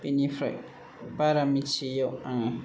बिनिफ्राय बारा मिथियैयाव आङो